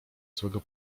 złego